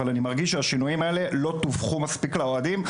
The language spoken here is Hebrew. אבל אני מרגיש שהשינויים האלה לא תווכו מספיק לאוהדים.